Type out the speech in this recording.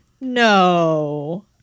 no